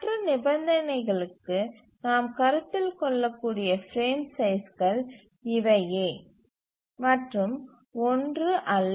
மற்ற நிபந்தனைகளுக்கு நாம் கருத்தில் கொள்ளக்கூடிய பிரேம் சைஸ்கள் இவையே மற்றும் 1 அல்ல